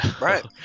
right